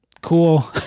cool